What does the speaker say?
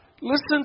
Listen